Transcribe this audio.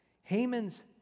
Haman's